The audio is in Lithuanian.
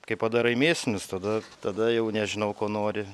kai padarai mėsinius tada tada jau nežinau ko nori